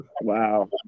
Wow